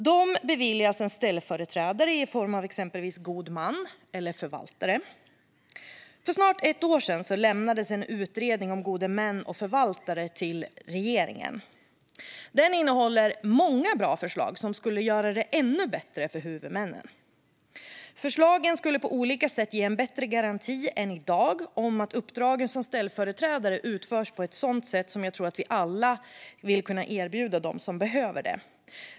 De beviljas en ställföreträdare i form av exempelvis en god man eller förvaltare. För snart ett år sedan lämnades en utredning om gode män och förvaltare till regeringen. Den innehåller många bra förslag som skulle göra det ännu bättre för huvudmännen. Förslagen skulle på olika sätt ge en bättre garanti än i dag för att uppdragen som ställföreträdare utförs på ett sätt som jag tror att vi alla vill kunna erbjuda dem som behöver hjälp.